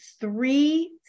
three